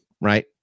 Right